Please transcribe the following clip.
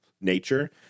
nature